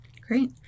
Great